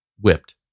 whipped